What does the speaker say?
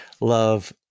love